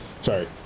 sorry